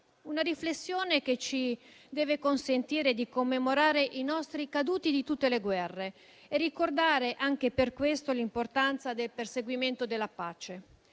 una riflessione che ci deve consentire di commemorare i nostri caduti di tutte le guerre, ricordando anche per questo l'importanza del perseguimento della pace.